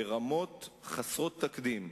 ברמות חסרות תקדים.